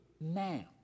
now